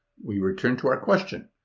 we return to our question,